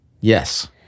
Yes